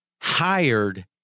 hired